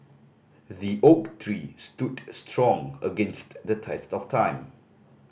the oak tree stood strong against the test of time